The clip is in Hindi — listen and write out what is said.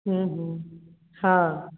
हाँ